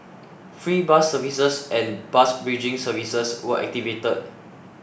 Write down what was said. free bus services and bus bridging services were activated